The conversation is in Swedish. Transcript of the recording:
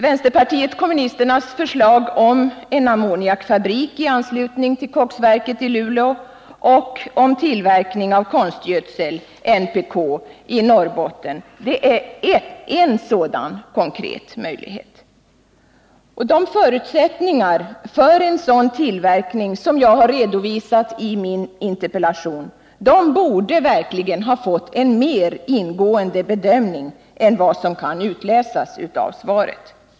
Vpk:s förslag om ammoniakfabrik i anslutning till koksverket i Luleå och om tillverkning av konstgödsel i Norrbotten är en sådan konkret möjlighet. De förutsättningar för sådan tillverkning som jag redovisat i min interpellation borde ha fått en mer ingående bedömning än vad som kan utläsas av svaret.